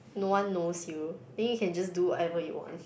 no one knows you then you can just do whatever you want